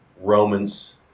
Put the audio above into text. Roman's